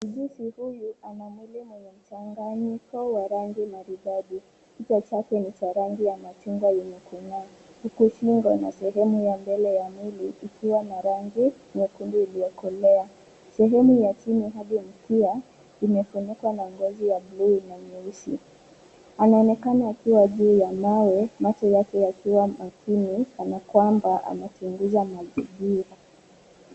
Mjusi huyu ana mwili wenye mchanganyiko wa rangi maridadi. Kichwa chake ni cha rangi ya machungwa yenye huku shingo na sehemu ya mbele ya mwili ikiwa na rangi nyekundu iliyokolea. Sehemu ya chini hadi mkia imefunikwa na ngozi ya bluu na nyeusi. Anaonekana akiwa juu ya mawe macho yake yakiwa makini kana kwamba anachunguza mazingira.